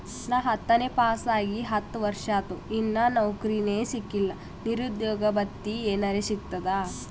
ನಾ ಹತ್ತನೇ ಪಾಸ್ ಆಗಿ ಹತ್ತ ವರ್ಸಾತು, ಇನ್ನಾ ನೌಕ್ರಿನೆ ಸಿಕಿಲ್ಲ, ನಿರುದ್ಯೋಗ ಭತ್ತಿ ಎನೆರೆ ಸಿಗ್ತದಾ?